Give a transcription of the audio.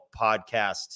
podcast